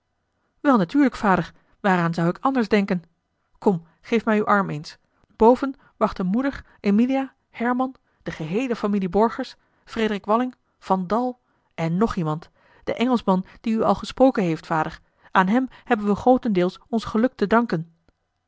wel natuurlijk vader waaraan zou ik anders denken kom geef mij uw arm eens boven wachten moeder emilia herman de geheele familie borgers frederik walling van dal en nog iemand de engelschman dien u al gesproken heeft vader aan hem hebben we grootendeels ons geluk te danken